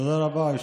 תודה רבה.